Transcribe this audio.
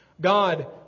God